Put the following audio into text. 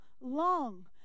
long